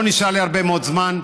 לא נשאר לי הרבה מאוד זמן.